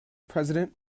president